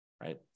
right